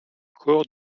corps